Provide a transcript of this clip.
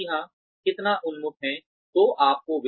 यदि हां कितना उन्मुख है तो आपको विस्तार करना है